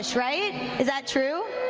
right? is that true?